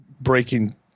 breaking